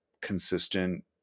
consistent